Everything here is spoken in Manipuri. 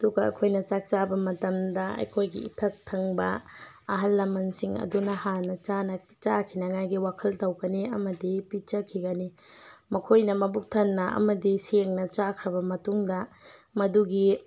ꯑꯗꯨꯒ ꯑꯩꯈꯣꯏꯅ ꯆꯥꯛ ꯆꯥꯕ ꯃꯇꯝꯗ ꯑꯩꯈꯣꯏꯒꯤ ꯏꯊꯛ ꯊꯪꯕ ꯑꯍꯜ ꯂꯃꯟꯁꯤꯡ ꯑꯗꯨꯅ ꯍꯥꯟꯅ ꯆꯥꯈꯤꯅꯤꯡꯉꯥꯏꯒꯤ ꯋꯥꯈꯜ ꯇꯧꯒꯅꯤ ꯑꯃꯗꯤ ꯄꯤꯖꯈꯤꯒꯅꯤ ꯃꯈꯣꯏꯅ ꯃꯕꯨꯛ ꯊꯟꯅ ꯑꯃꯗꯤ ꯁꯦꯡꯅ ꯆꯥꯈ꯭ꯔꯕ ꯃꯇꯨꯡꯗ ꯃꯗꯨꯒꯤ